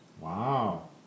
Wow